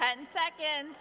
ten seconds